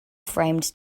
framed